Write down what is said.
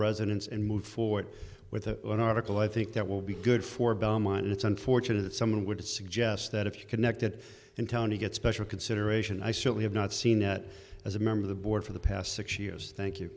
residents and move forward with a an article i think that will be good for belmont it's unfortunate that some would suggest that if you're connected in town to get special consideration i certainly have not seen it as a member of the board for the past six years thank you